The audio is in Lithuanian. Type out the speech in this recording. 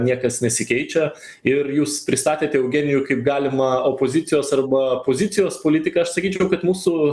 niekas nesikeičia ir jūs pristatėte eugenijų kaip galimą opozicijos arba pozicijos politiką aš sakyčiau kad mūsų